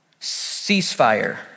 ceasefire